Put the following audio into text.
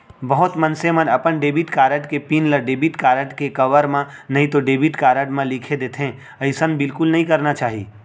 बहुत मनसे मन अपन डेबिट कारड के पिन ल डेबिट कारड के कवर म नइतो डेबिट कारड म लिख देथे, अइसन बिल्कुल नइ करना चाही